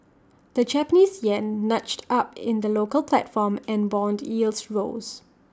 the Japanese Yen nudged up in the local platform and Bond yields rose